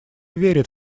верит